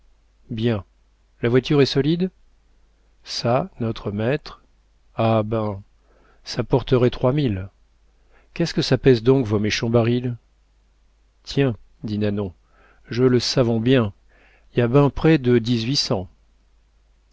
bien la voiture est solide ça notre maître ah ben ça porterait trois mille qu'est-ce que ça pèse donc vos méchants barils tiens dit nanon je le savons bien y a ben près de